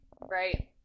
Right